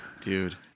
Dude